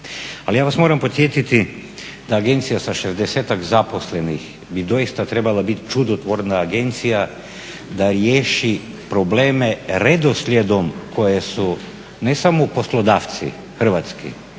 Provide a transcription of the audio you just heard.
Ali ja vas moram podsjetiti da agencija sa 60-tak zaposlenih bi doista trebala bit čudotvorna agencija da riješi probleme redoslijedom koje su ne samo poslodavci hrvatski